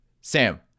Sam